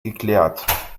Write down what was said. geklärt